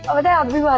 without me.